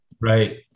Right